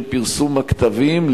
של פרסום הכתבים,